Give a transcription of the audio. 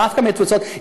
דווקא מהתפוצות.